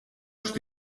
что